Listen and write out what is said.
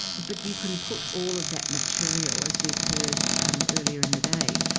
but you can put all of that material, as we've heard um earlier in the day,